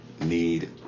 need